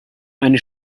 eine